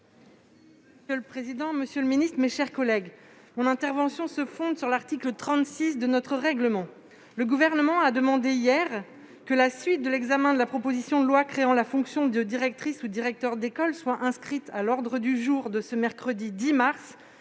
Monsieur le président, monsieur le ministre, mes chers collègues, mon intervention se fonde sur l'article 36 de notre règlement. Le Gouvernement a demandé, hier, que la suite de l'examen de la proposition de loi créant la fonction de directrice ou de directeur d'école soit inscrite à l'ordre du jour de ce mercredi 10 mars,